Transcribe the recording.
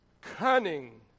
cunning